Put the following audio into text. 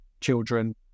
children